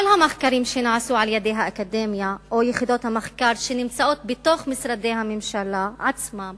כל המחקרים שנעשו באקדמיה או ביחידות המחקר שנמצאות במשרדי הממשלה עצמם